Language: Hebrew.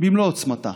במלוא עוצמתה